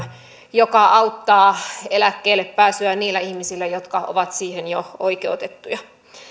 joka auttaa eläkkeelle pääsyä niillä ihmisillä jotka ovat siihen jo oikeutettuja